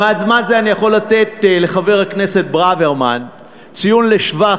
במעמד זה אני יכול לתת לחבר הכנסת ברוורמן ציון לשבח